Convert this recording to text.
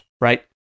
right